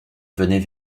venait